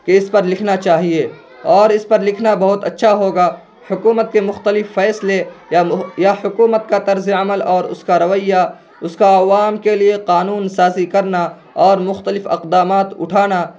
کہ اس پر لکھنا چاہیے اور اس پر لکھنا بہت اچھا ہوگا حکومت کے مختلف فیصلے یا حکومت کا طرز عمل اور اس کا رویہ اس کا عوام کے لیے قانون سازی کرنا اور مختلف اقدامات اٹھانا